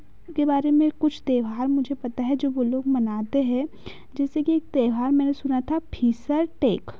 के बारे में कुछ त्योहार मुझ पता हैं जो वे लोग मनाते हैं जैसे कि एक त्योहार मैंने सुना था फीसर टेक